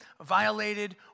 violated